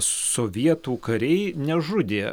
sovietų kariai nežudė